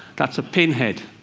that's a pinhead.